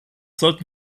sollten